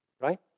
right